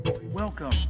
Welcome